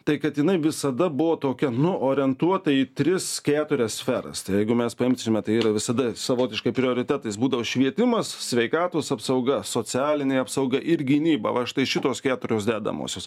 tai kad jinai visada buvo tokia nu orientuota į tris keturias sferas tai jeigu mes paimsime tai yra visada savotiškai prioritetais būdavo švietimas sveikatos apsauga socialinė apsauga ir gynyba va štai šitos keturios dedamosios